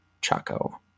Chaco